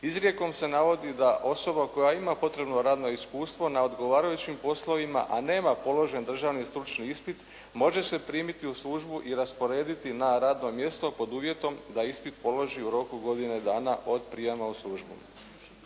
izrijekom se navodi da osoba koja ima potrebno radno iskustvo na odgovarajućim poslovima, a nema položen državni stručni ispit, može se primiti u službu i rasporediti na radno mjesto pod uvjetom da ispit položi u roku od godine dana od prijama u službu.